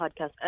podcast